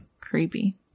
Creepy